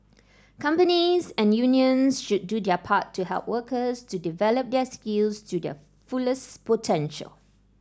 companies and unions should do their part to help workers to develop their skills to their fullest potential